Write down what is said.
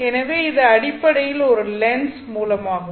எனவே இது அடிப்படையில் ஒரு லென்ஸ் மூலமாகும்